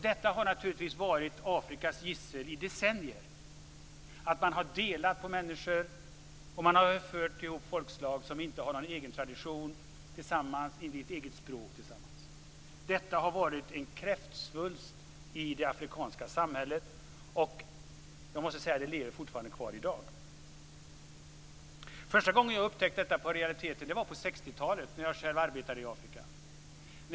Detta har naturligtvis varit Afrikas gissel i decennier: att man delat på människor, fört ihop folkslag som inte har någon gemensam tradition och inget gemensamt språk. Detta har varit en kräftsvulst i det afrikanska samhället, och det lever fortfarande kvar i dag. Första gången jag upptäckte detta i realiteten var på 60-talet, när jag själv arbetade i Afrika.